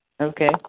Okay